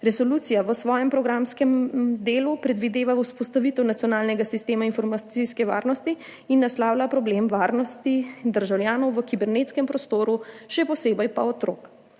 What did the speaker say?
Resolucija v svojem programskem delu predvideva vzpostavitev nacionalnega sistema informacijske varnosti in naslavlja problem varnosti državljanov v kibernetskem prostoru, še posebej pa otrok.